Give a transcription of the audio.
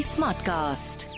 Smartcast